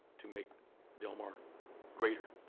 to make del mar greater